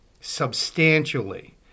substantially